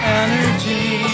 energy